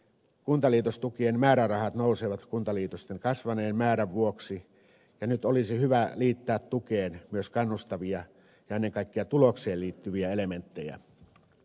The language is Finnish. kuntaliitostukien määrärahat nousevat kuntaliitosten kasvaneen määrän vuoksi ja nyt olisi hyvä liittää tukeen myös kannustavia ja ennen kaikkea tulokseen liittyviä elementtejä